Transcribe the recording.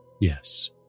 Yes